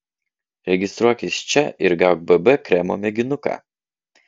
registruokis čia ir gauk bb kremo mėginuką